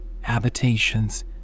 Habitations